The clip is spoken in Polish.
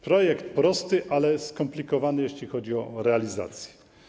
Projekt jest prosty, ale skomplikowany, jeśli chodzi o realizację.